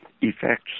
effects